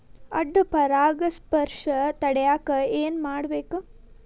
ಅಡ್ಡ ಪರಾಗಸ್ಪರ್ಶ ತಡ್ಯಾಕ ಏನ್ ಮಾಡ್ಬೇಕ್?